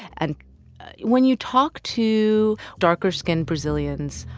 and when you talk to darker-skinned brazilians,